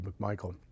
McMichael